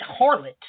harlot